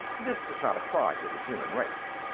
this does not apply to the human race.